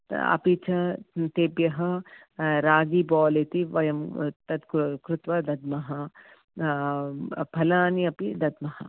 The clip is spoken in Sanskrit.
अपि च तेभ्यः रागीबाल इति वयं तत् कृत्वा दद्मः फलानि अपि दद्मः